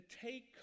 take